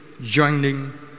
joining